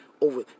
over